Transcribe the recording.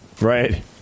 Right